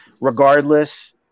regardless